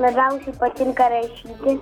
labiausiai patinka rašyti